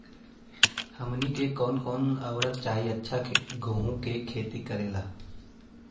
हमनी के कौन कौन उर्वरक चाही अच्छा गेंहू के खेती करेला?